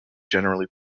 generally